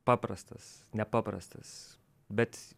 paprastas nepaprastas bet